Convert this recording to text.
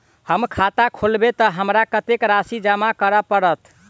हम खाता खोलेबै तऽ हमरा कत्तेक राशि जमा करऽ पड़त?